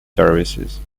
services